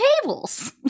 tables